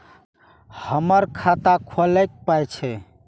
हमर खाता खौलैक पाय छै